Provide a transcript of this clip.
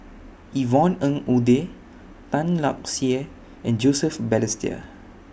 Yvonne Ng Uhde Tan Lark Sye and Joseph Balestier